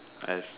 I have